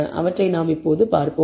அவற்றை நாம் பார்ப்போம்